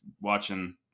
watching